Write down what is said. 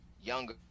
younger